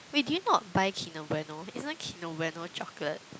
wait do you not buy Kinder Bueno isn't Kinder Bueno chocolate